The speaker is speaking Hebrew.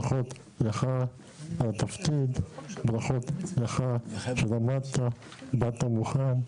ברכות לך על התפקיד, ברכות לך שלמדת, באת מוכן,